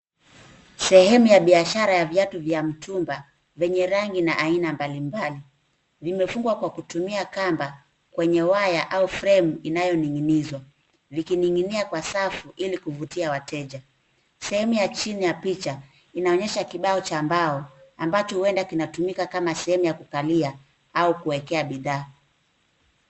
Sehemu ya biashara ya viatu vya mtumba zenye rangi na aina mbalimbali. Vimefungwa kwa kutumia kamba kwenye waya au fremu inayoning'inizwa vikining'inia kwa safu ili kuvutia wateja. Sehemu ya chini ya picha inaonyesha kibao cha mbao ambacho huenda kinatumika kama sehemu ya kukalia au kuekea bidhaa.